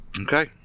Okay